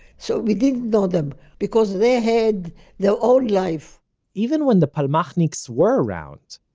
so we didn't know them. because they had their own life even when the palmachniks were around,